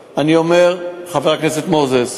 חבר הכנסת מוזס,